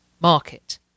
market